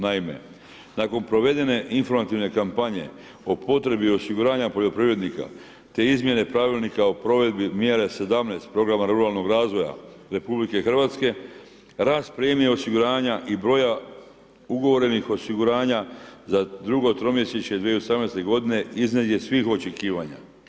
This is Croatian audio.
Naime, nakon provedene informativne kampanje o potrebi osiguranja poljoprivrednika te izmjene Pravilnika o provedbi mjere 17 programa ruralnog razvoja RH, rast premije osiguranja i broja ugovorenih osiguranja za drugo tromjesečje 2018. godine iznad je svih očekivanja.